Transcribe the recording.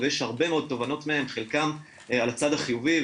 ויש הרבה מאוד תובנות מהם חלקם על הצד החיובי,